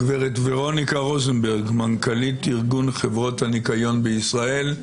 הגב' ורוניקה רוזנברג מנכ"לית ארגון חברות הניקיון בישראל,